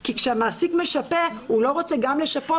כי כשהמעסיק משפה הוא לא רוצה גם לשפות